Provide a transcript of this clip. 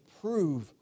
prove